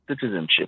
citizenship